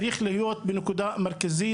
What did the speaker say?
צריך להיות בנקודה מרכזית,